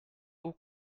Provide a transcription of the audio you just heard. aux